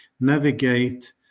navigate